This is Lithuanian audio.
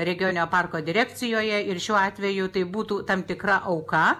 regioninio parko direkcijoje ir šiuo atveju tai būtų tam tikra auka